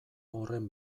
horren